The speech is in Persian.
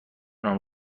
نام